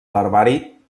larvari